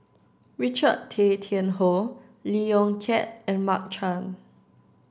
Richard Tay Tian Hoe Lee Yong Kiat and Mark Chan